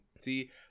see